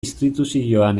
instituzioan